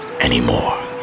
anymore